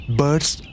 birds